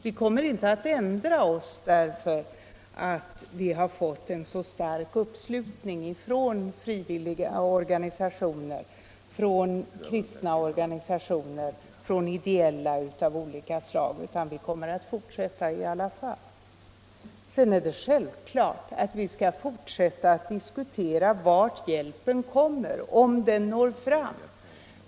Vi kommer inte att ändra oss därför att vi har fått en så stark uppslutning från kristna och ideella organisationer, av olika slag. Sedan är det självklart att vi skall fortsätta att diskutera vart hjälpen kommer, om den når fram.